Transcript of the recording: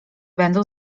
będą